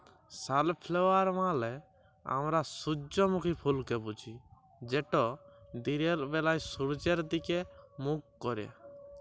sunflower মালে আমরা সূজ্জমুখী ফুলকে বুঝি যেট দিলের ব্যালায় সূয্যের দিগে মুখ ক্যারে